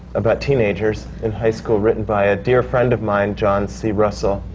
about teenagers in high school, written by a dear friend of mine, john c. russell,